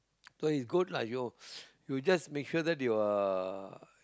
so it's good lah you you just make sure that you are